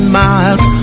miles